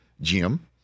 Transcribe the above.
Jim